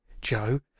Joe